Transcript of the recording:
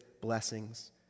blessings